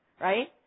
right